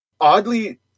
oddly